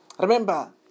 Remember